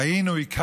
ראינו, הכרנו.